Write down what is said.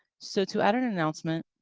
so, to add an announcement,